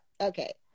Okay